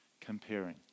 comparing